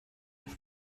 auf